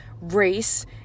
race